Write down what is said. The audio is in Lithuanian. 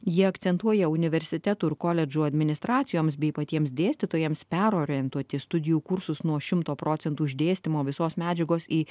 jie akcentuoja universitetų ir koledžų administracijoms bei patiems dėstytojams perorientuoti studijų kursus nuo šimto procentų išdėstymo visos medžiagos į